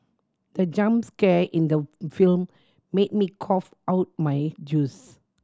the jump scare in the film made me cough out my juice